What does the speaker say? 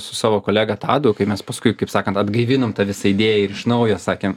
su savo kolega tadu kai mes paskui kaip sakant atgaivinom tą visą idėją ir iš naujo sakėm